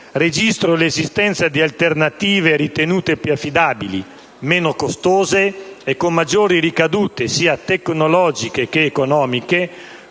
registro l'esistenza di alternative ritenute più affidabili, meno costose e con maggiori ricadute sia tecnologiche che economiche,